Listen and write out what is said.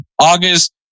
August